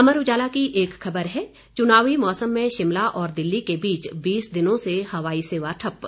अमर उजाला की एक खबर है चुनावी मौसम में शिमला और दिल्ली के बीच बीस दिनों से हवाई सेवा ठप